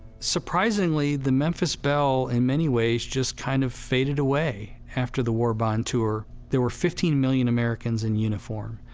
surprisingly, the memphis belle in many ways just kind of faded away after the war bond tour. there were fifteen million americans in uniform,